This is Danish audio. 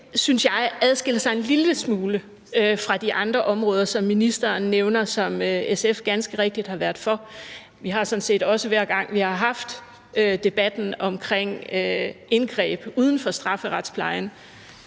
jeg synes, det adskiller sig en lille smule fra de andre områder, som ministeren nævner SF ganske rigtigt har været for. Vi har sådan set også, hver gang vi har haft debatten om indgreb uden for strafferetsplejen,